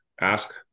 ask